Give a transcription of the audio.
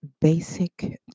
basic